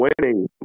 winning